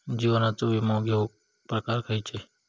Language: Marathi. जीवनाचो विमो घेऊक प्रकार खैचे?